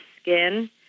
skin